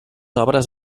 obres